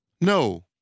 No